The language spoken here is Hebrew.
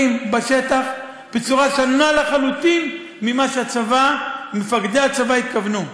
בשטח בצורה שונה לחלוטין ממה שהצבא ומפקדי הצבא התכוונו.